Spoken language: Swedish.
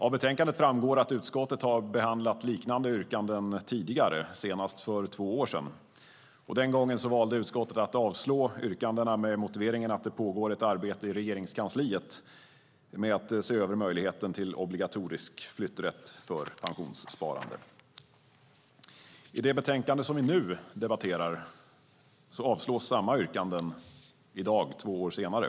Av betänkandet framgår att utskottet har behandlat liknande yrkanden tidigare, senast för två år sedan. Den gången valde utskottet att avslå yrkandena med motiveringen att det pågår ett arbete i Regeringskansliet med att se över möjligheten till obligatorisk flytträtt för pensionssparande. I det betänkande vi nu debatterar avstyrks samma yrkanden i dag, två år senare.